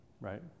right